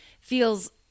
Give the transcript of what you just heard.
feels